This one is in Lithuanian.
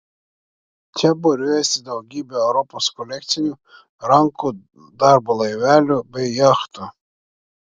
čia būriuojasi daugybė europos kolekcinių rankų darbo laivelių bei jachtų